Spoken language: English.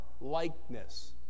likeness